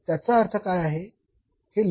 तर त्याचा अर्थ काय आहे